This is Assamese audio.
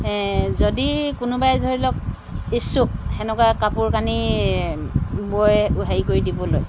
যদি কোনোবাই ধৰি লওক ইচ্ছুক তেনেকুৱা কাপোৰ কানি বৈ হেৰি কৰি দিবলৈ